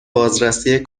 بازرسی